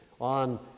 on